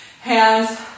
Hands